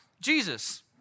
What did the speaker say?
Jesus